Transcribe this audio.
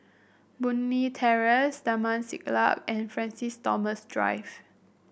Boon Leat Terrace Taman Siglap and Francis Thomas Drive